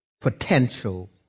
potential